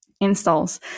installs